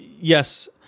yes